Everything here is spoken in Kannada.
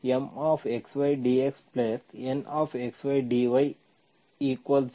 ಆದ್ದರಿಂದ ಇದು MxydxNxydy0